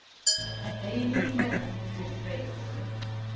but they need never have been afraid of the griffin.